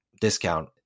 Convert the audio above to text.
discount